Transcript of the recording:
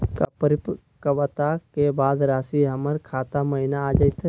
का परिपक्वता के बाद रासी हमर खाता महिना आ जइतई?